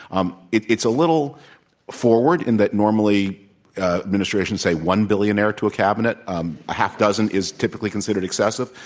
um it's it's a little forward in that normally administrations say one billionaire to a cabinet. um a half dozen is typically considered excessive.